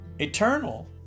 eternal